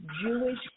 Jewish